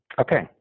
Okay